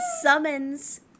summons